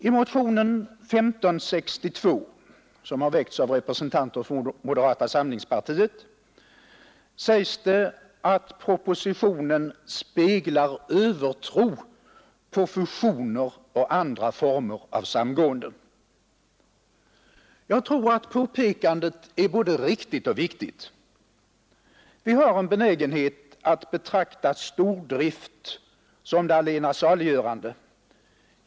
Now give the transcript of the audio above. I motionen 1562, som har lagts fram av representanter för moderata samlingspartiet, sägs det att propositionen speglar övertro på fusioner och andra former av samgående. Jag tror att påpekandet är både riktigt och viktigt. Vi har en benägenhet att betrakta stordrift som det allena saliggörande.